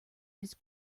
his